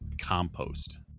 compost